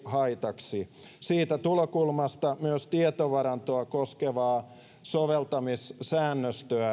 haitaksi siitä tulokulmasta myös tietovarantoa koskevaa soveltamissäännöstä